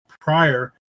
prior